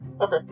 Okay